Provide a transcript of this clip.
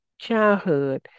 childhood